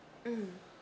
mm